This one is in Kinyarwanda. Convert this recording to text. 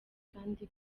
kandi